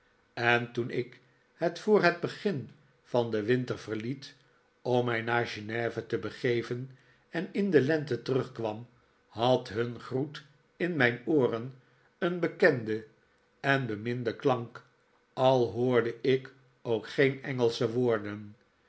en toen ik het voor het begin van den winter verliet om mij naar geneve te begeven en in de lente terugkwam had hun groet in mijn ooren een bekenden en beminden klank al hoorde ik ook geen engelsche woorden